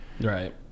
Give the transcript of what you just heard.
right